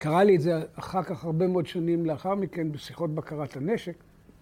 ‫קרא לי את זה אחר כך ‫הרבה מאוד שנים לאחר מכן ‫בשיחות בקרת הנשק.